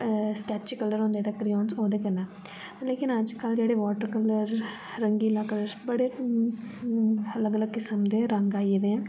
sketch colour होंदे crayon ओह्दे कन्नै लेकिन अज्जकल जेह्ड़े वाटर कलर रंगीला कलश बड़े अलग अलग किस्म दे रंग आई गेदे न